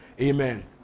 Amen